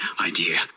idea